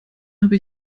habe